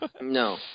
No